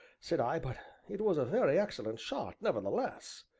said i, but it was a very excellent shot nevertheless!